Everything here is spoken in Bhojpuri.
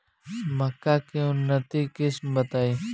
मक्का के उन्नत किस्म बताई?